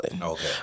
Okay